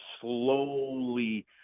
slowly